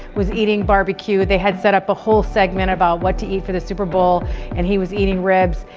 was eating barbecue. they had set up a whole segment about what to eat for the super bowl and he was eating ribs.